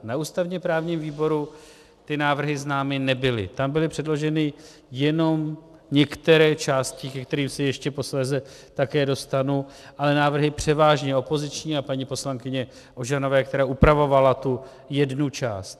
Na ústavněprávním výboru návrhy známy nebyly, tam byly předloženy jenom některé části, ke kterým se ještě posléze také dostanu, ale návrhy převážně opoziční, a paní poslankyně Ožanové, která upravovala jednu část.